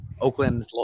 oakland